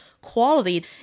quality